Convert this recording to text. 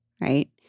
Right